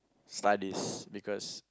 studies because